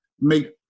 Make